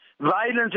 violence